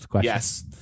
Yes